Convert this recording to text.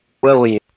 William